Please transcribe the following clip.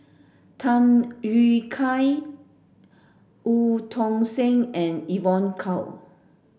Tham Yui Kai Eu Tong Sen and Evon Kow